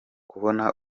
kubona